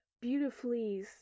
beautifully